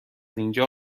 اینجا